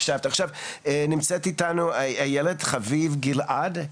עכשיו נמצאת איתנו בזום איילת חביב גלעד,